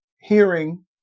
hearing